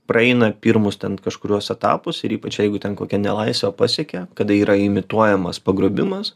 praeina pirmus ten kažkuriuos etapus ir ypač jeigu ten kokią nelaisvę pasiekia kada yra imituojamas pagrobimas